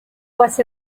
was